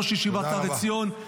ראש ישיבת הר עציון.